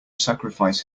sacrifice